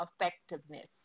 effectiveness